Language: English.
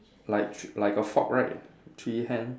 like like a fork right three hand